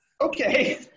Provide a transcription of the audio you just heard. okay